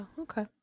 Okay